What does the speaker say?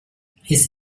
his